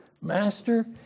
Master